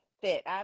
fit